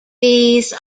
these